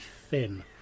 thin